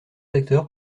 acteurs